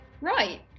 Right